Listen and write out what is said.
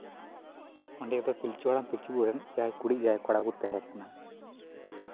ᱚᱸᱰᱮ ᱫᱚ ᱯᱤᱞᱪᱩ ᱦᱟᱲᱟᱢ ᱯᱤᱞᱪᱩ ᱵᱩᱲᱦᱤ ᱨᱮᱱ ᱮᱭᱟᱭ ᱠᱩᱲᱤ ᱮᱭᱟᱭ ᱠᱚᱲᱟ ᱠᱚ ᱛᱟᱦᱮᱸ ᱠᱟᱱᱟ